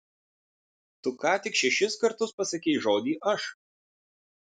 tu ką tik šešis kartus pasakei žodį aš